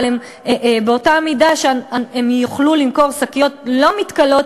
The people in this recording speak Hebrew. אבל באותה מידה שהן יוכלו למכור שקיות לא מתכלות,